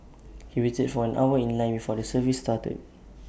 he waited for an hour in line before the service started